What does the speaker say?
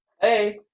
hey